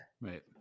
Right